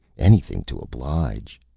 anything to oblige!